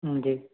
जी